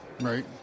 Right